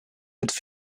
aides